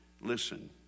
Listen